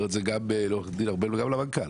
את זה גם לעורכת הדין ארבל וגם למנכ"ל,